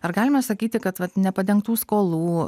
ar galima sakyti kad vat nepadengtų skolų